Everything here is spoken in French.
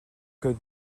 que